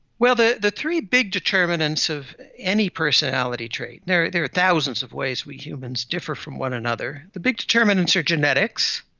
well, the the three big determinants of any personality trait, there there are thousands of ways we humans differ from one another, the big determinants are genetics,